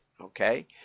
okay